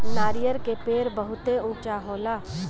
नरियर के पेड़ बहुते ऊँचा होला